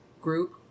group